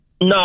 no